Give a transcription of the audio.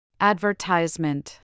Advertisement